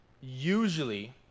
usually